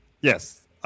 Yes